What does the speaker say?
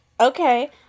Okay